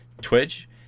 Twitch